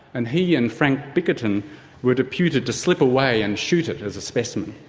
and he and frank bickerton were deputed to slip away and shoot it as a specimen.